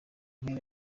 mpera